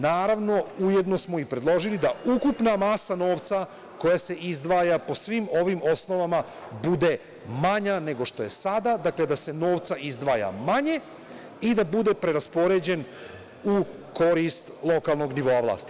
Naravno, ujedno smo i predložili da ukupna masa novca koja se izdvaja po svim ovim osnovama bude manja nego što je sada, dakle, da se novca izdvaja manje i da bude preraspoređen u korist lokalnog nivoa vlasti.